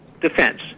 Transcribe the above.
defense